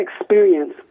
experience